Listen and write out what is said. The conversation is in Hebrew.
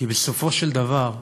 כי בסופו של דבר,